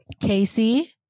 Casey